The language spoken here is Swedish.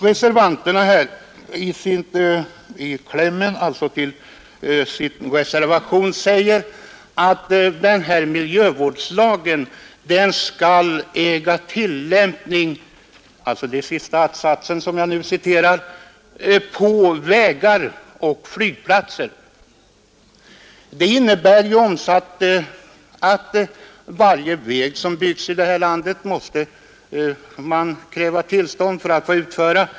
Reservanterna yrkar i klämmen till sin reservation att miljöskyddslagen skall äga tillämpning på alla vägar och flygplatser. Det innebär ju att det skulle krävas tillstånd för varje väg som man ville bygga i vårt land.